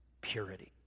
purity